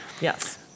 yes